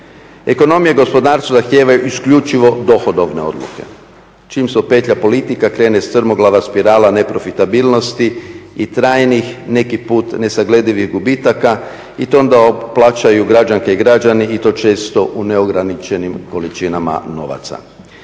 Ekonomija i gospodarstvo zahtijevaju isključivo dohodovne odluke. Čim se upetlja politika krene strmoglava spirala neprofitabilnosti i trajnih neki put nesagledivih gubitaka i to onda plaćaju građanke i građani i to često u neograničenim količinama novaca.